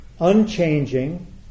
unchanging